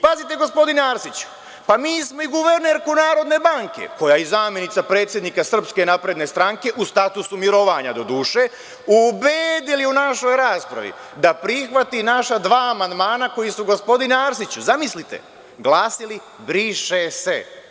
Pazite, gospodine Arsiću, mi smo i guvernerku Narodne banke, koja je i zamenica predsednika Srpske napredne stranke, u statusu mirovanja doduše, ubedili u našoj raspravi da prihvati naša dva amandman, koji su, gospodine Arsiću, zamislite, glasili: „briše se“